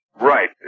Right